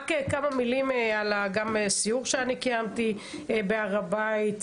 רק כמה מילים על הסיור שקיימתי בהר הבית,